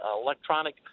electronic